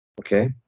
Okay